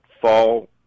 fall